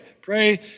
pray